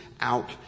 out